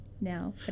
now